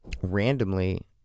Randomly